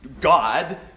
God